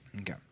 Okay